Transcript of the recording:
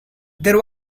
there